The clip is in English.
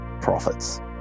profits